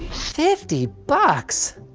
fifty bucks?